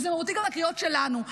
וזה מהותי גם לקריאות שלנו.